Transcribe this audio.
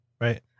right